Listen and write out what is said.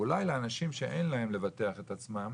אולי לאנשים שאין להם לבטח את עצמם,